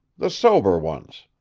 the sober ones.